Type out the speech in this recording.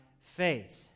faith